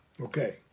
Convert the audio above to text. Okay